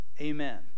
Amen